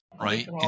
right